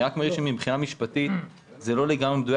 אני רק מעיר שמבחינה משפטית זה לא לגמרי מדויק